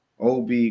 ob